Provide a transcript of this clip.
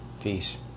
peace